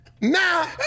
now